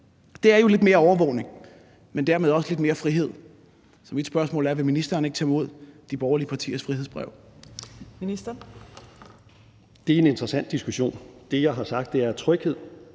Det er jo lidt mere overvågning, men dermed også lidt mere frihed. Så mit spørgsmål er: Vil ministeren ikke tage imod de borgerlige partiers frihedsbrev? Kl. 13:16 Tredje næstformand (Trine Torp): Ministeren.